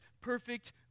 perfect